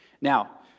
Now